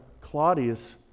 Claudius